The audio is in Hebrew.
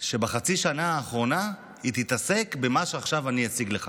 שבחצי השנה האחרונה היא תתעסק במה שעכשיו אני אציג לך.